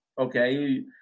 okay